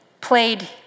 played